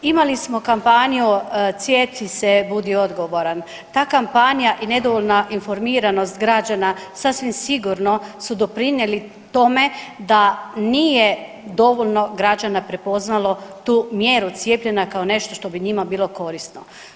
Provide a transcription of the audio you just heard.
Imali smo kampanju „Cijepi se“, „Budi odgovoran“, ta kampanja i nedovoljna informiranost građana sasvim sigurno su doprinijeli tome da nije dovoljno građana prepoznalo tu mjeru cijepljenja kao nešto što bi njima bilo korisno.